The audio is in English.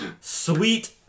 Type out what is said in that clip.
sweet